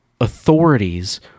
authorities